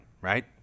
right